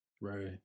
Right